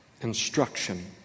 instruction